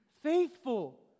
faithful